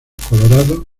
colorado